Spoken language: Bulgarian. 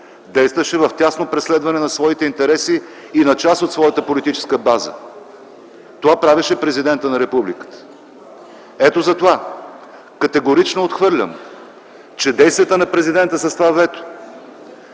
действаше в тясно преследване на своите интереси и на част от своята политическа база. Това правеше президентът на Републиката. Затова категорично отхвърлям, че действията на президента с това вето